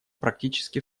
практически